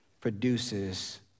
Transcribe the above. produces